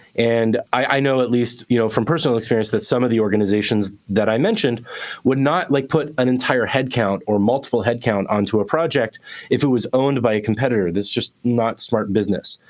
and i know at least you know from personal experience that some of the organizations that i mentioned would not like put an entire headcount or multiple headcount onto a project if it was owned by a competitor. that's just not smart business.